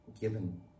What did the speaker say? given